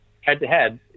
head-to-head